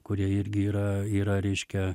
kurie irgi yra yra reiškia